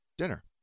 dinner